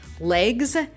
legs